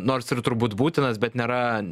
nors ir turbūt būtinas bet nėra